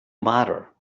matter